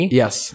yes